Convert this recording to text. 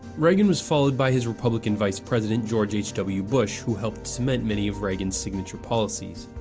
reagan was followed by his republican vice president, george h w. bush, who helped cement many of reagan's signature policies.